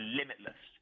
limitless